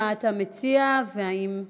מה אתה מציע, והאם,